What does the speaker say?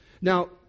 Now